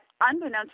unbeknownst